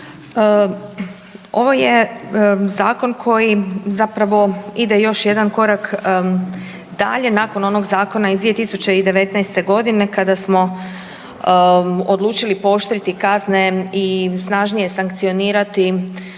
Ovo je zakon koji zapravo ide još jedan korak dalje nakon onog zakona iz 2019.g. kada smo odlučili pooštriti kazne i snažnije sankcionirati